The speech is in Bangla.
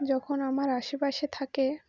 যখন আমার আশেপাশে থাকে